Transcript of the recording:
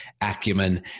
acumen